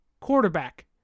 quarterback